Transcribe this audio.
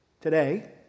today